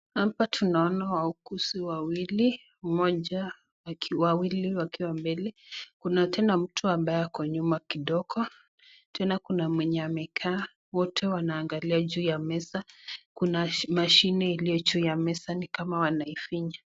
Hapa tunaona wauguzi wawili. Mmoja, wawili wakiwa mbele. Kuna tena mtu ambaye ako nyuma kidogo, tena kuna mwenye amekaa, wote wanaangalia juu ya meza. Kuna mashini iliyo juu ya meza ni kama wanaifinya.